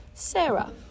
Sarah